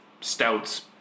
stouts